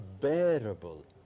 bearable